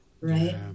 right